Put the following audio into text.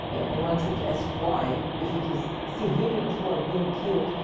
and one should ask why if it is civilians who are being killed,